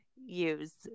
use